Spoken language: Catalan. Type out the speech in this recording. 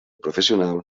professional